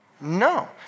No